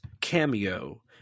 cameo